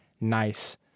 nice